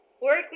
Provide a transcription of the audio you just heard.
Work